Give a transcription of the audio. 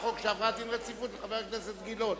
החוק שעברה דין רציפות לחבר הכנסת גילאון.